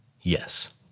Yes